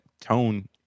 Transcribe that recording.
tone